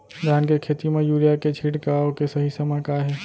धान के खेती मा यूरिया के छिड़काओ के सही समय का हे?